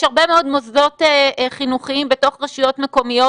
יש הרבה מאוד מוסדות חינוכיים בתוך רשויות מקומיות